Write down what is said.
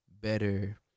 better